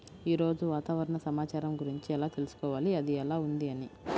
ఈరోజు వాతావరణ సమాచారం గురించి ఎలా తెలుసుకోవాలి అది ఎలా ఉంది అని?